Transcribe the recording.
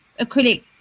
acrylic